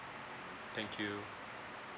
thank you